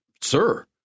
sir